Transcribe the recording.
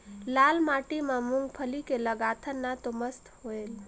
लाल माटी म मुंगफली के लगाथन न तो मस्त होयल?